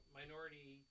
minority